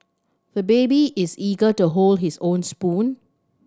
the baby is eager to hold his own spoon